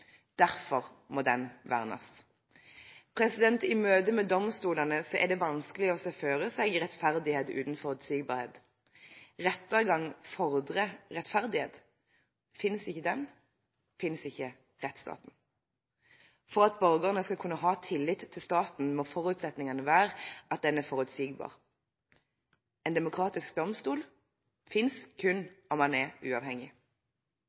Derfor må den vernes. I møte med domstolene er det vanskelig å se for seg rettferdighet uten forutsigbarhet. Rettergang fordrer rettferdighet. Finnes ikke den, finnes ikke rettsstaten. For at borgerne skal kunne ha tillit til staten, må forutsetningen være at den er forutsigbar. En demokratisk domstol finnes kun om den er uavhengig.